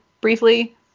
briefly